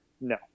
No